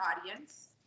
audience